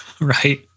right